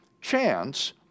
chance